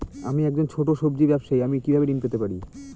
আমি একজন ছোট সব্জি ব্যবসায়ী আমি কিভাবে ঋণ পেতে পারি?